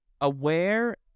aware